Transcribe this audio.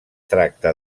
tracta